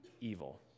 evil